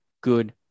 good